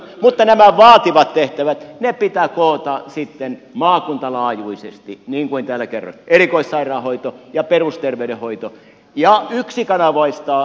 mutta nämä vaativat tehtävät pitää koota sitten maakuntalaajuisesti niin kuin täällä kerroin erikoissairaanhoito ja perusterveydenhoito ja yksikanavaistaa se rahoitus